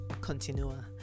continue